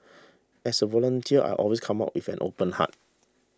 as a volunteer I always come with an open heart